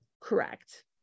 Correct